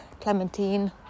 Clementine